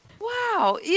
Wow